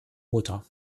mutter